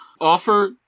offer